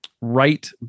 right